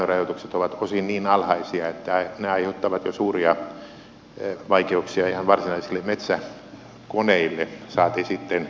painorajoitukset ovat osin niin alhaisia että ne aiheuttavat jo suuria vaikeuksia ihan varsinaisille metsäkoneille saati sitten tukkirekoille